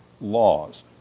laws